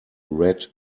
red